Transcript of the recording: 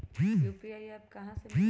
UPI app कहा से मिलेलु?